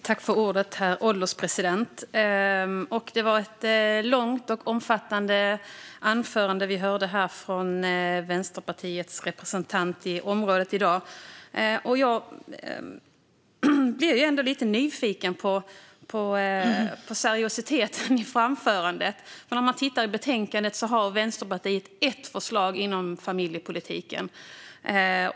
Herr ålderspresident! Det var ett långt och omfattande anförande vi hörde från Vänsterpartiets representant på området i dag. Jag blir lite nyfiken på seriositeten i anförandet. I betänkandet har Vänsterpartiet ett förslag inom familjepolitiken.